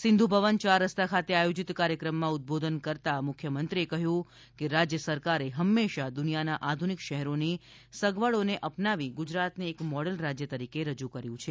સિંધુભવન ચાર રસ્તા ખાતે આયોજિત કાર્યક્રમમાં ઉદ્વબોધન કરતા મુખ્યમંત્રીશ્રીએ કહ્યું કે રાજ્ય સરકારે હંમેશા દુનિયાના આધુનિક શહેરોની સગવડોને અપનાવી ગુજરાતને એક મોડેલ રાજ્ય તરીકે રજૂ કર્યું છે